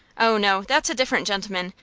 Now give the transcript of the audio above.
oh, no that's a different gentleman.